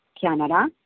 Canada